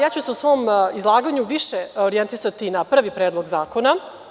Ja ću se u svom izlaganju više orijentisati na prvi predlog zakona.